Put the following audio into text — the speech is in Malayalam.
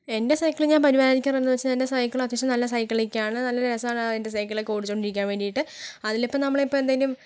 എന്റെ സൈക്കിൾ ഞാൻ പരിപാലിക്കാർ എന്നുവച്ചാൽ എന്റെ സൈക്കിൾ അത്യാവശ്യം നല്ല സൈക്കിൾ ഒക്കെയാണ് നല്ല രസമാണ് എന്റെ സൈക്കിൾ ഒക്കെ ഓടിച്ചുകൊണ്ടിരിക്കാൻ വേണ്ടിയിട്ട് അതിലിപ്പോൾ നമ്മളിപ്പോൾ എന്തെങ്കിലും